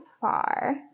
far